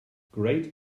great